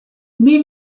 min